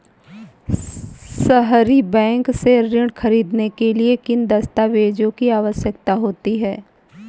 सहरी बैंक से ऋण ख़रीदने के लिए किन दस्तावेजों की आवश्यकता होती है?